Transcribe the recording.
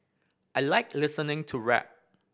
I like listening to rap